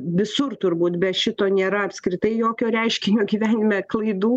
visur turbūt be šito nėra apskritai jokio reiškinio gyvenime klaidų